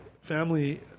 Family